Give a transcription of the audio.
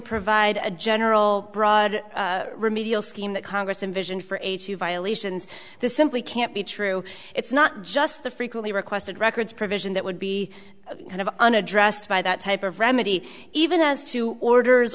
provide a general broad remedial scheme that congress invision for aid to violations the simply can't be true it's not just the frequently requested records provision that would be kind of unaddressed by that type of remedy even as to orders